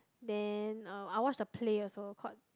then uh I watch the play also called